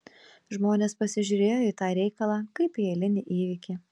žmonės pasižiūrėjo į tą reikalą kaip į eilinį įvykį